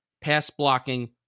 pass-blocking